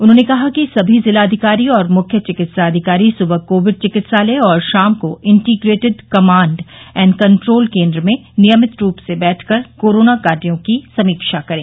उन्होंने कहा कि सभी जिलाधिकारी और मुख्य चिकित्साधिकारी सुबह कोविड चिकित्सालय और शाम को इंटीग्रेटेड कमांड एण्ड कंट्रोल केन्द्र में नियमित रूप से बैठ कर कोरोना कार्यो की समीक्षा करें